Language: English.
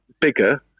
bigger